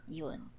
yun